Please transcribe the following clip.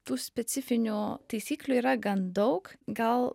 tų specifinių taisyklių yra gan daug gal